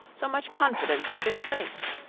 so much confidence had been placed!